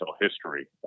history